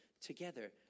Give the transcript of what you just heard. together